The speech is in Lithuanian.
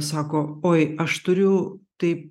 sako oi aš turiu tai